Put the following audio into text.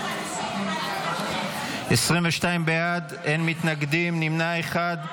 22 בעד, אין מתנגדים, נמנע אחד.